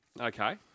Okay